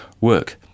work